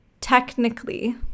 technically